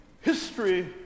history